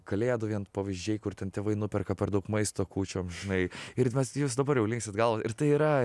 kalėdų vien pavyzdžiai kur ten tėvai nuperka per daug maisto kūčiom žinai ir mes jūs dabar jau linksit galva ir tai yra